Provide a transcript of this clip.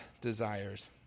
desires